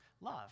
love